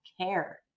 care